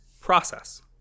process